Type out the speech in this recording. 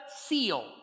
seal